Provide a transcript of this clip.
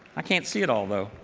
i can't see it all, though.